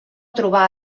trobar